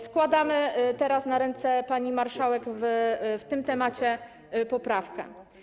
Składamy teraz na ręce pani marszałek w tym zakresie poprawkę.